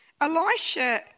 Elisha